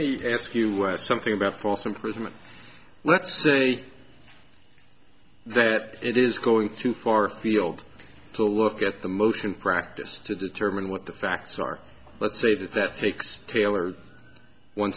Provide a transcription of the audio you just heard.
me ask you something about false imprisonment let's say that it is going through far field to look at the motion practice to determine what the facts are let's say that that takes taylor one